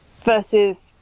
versus